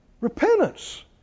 Repentance